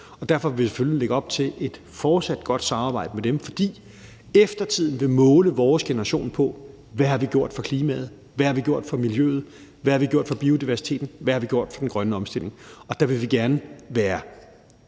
og derfor vil vi selvfølgelig lægge op til et fortsat godt samarbejde med dem. For eftertiden vil måle vores generation på, hvad vi har gjort for klimaet, hvad vi har gjort for miljøet, hvad vi har gjort for biodiversiteten, hvad vi har gjort for den grønne omstilling. Der vil vi gerne være